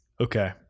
okay